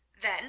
Then